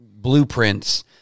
blueprints